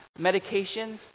medications